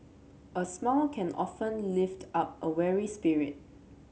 a smile can often lift up a weary spirit